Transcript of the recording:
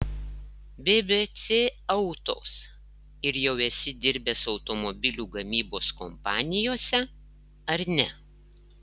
bbc autos ir jau esi dirbęs automobilių gamybos kompanijose ar ne